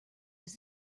was